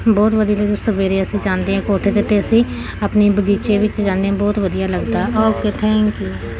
ਬਹੁਤ ਵਧੀਆ ਸਵੇਰੇ ਅਸੀਂ ਜਾਂਦੇ ਹਾਂ ਕੋਠੇ 'ਤੇ ਅਤੇ ਅਸੀਂ ਆਪਣੇ ਬਗੀਚੇ ਵਿੱਚ ਜਾਂਦੇ ਹਾਂ ਬਹੁਤ ਵਧੀਆ ਲੱਗਦਾ ਓਕੇ ਥੈਂਕ ਯੂ